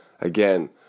Again